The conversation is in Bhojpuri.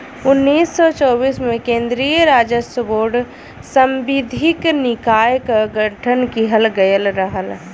उन्नीस सौ चौबीस में केन्द्रीय राजस्व बोर्ड सांविधिक निकाय क गठन किहल गयल रहल